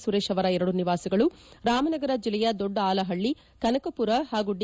ಸುರೇಶ್ ಅವರ ಎರಡು ನಿವಾಸಗಳು ರಾಮನಗರ ಜಿಲ್ಲೆಯ ದೊಡ್ಡ ಅಲಹಳ್ಳಿ ಕನಕ ಪುರ ಹಾಗೂ ಡಿ